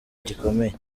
gikomeye